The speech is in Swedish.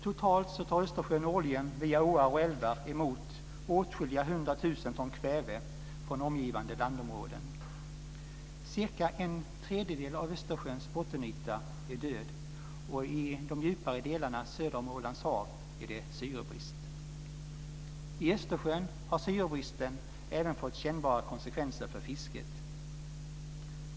Totalt tar Östersjön årligen via åar och älvar emot åtskilliga hundra tusen ton kväve från omgivande landområden. Cirka en tredjedel av Östersjöns bottenyta är död. I de djupare delarna söder om Ålands hav är det syrebrist. I Östersjön har syrebristen även fått kännbara konsekvenser för fisket.